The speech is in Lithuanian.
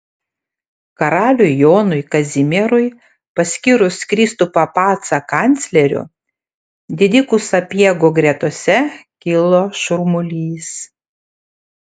karaliui jonui kazimierui paskyrus kristupą pacą kancleriu didikų sapiegų gretose kilo šurmulys